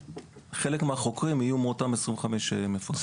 חלק מן החוקרים יהיו מתוך אותם 25 מפקחים.